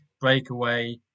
Breakaway